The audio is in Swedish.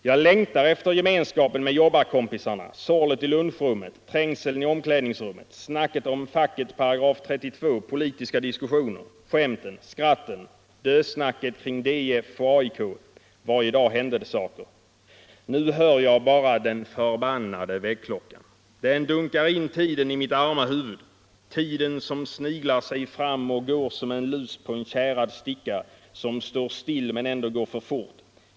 Jag längtar efter gemenskapen med jobbarkompisarna, sorlet i lunchrummet, trängseln i omklädningsrummet, snacket om facket, paragraf 32, politiska diskussioner. Skämten, skratten, dösnacket kring DIF och AIK. Varje dag hände det saker. Nu hör jag bara den förbannade väggklockan. Den dunkar in tiden i mitt arma huvud! Tiden som snigtar sig fram och går som en lus på en tjärad sticka. som står still men ändå går för fort.